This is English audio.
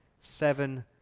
seven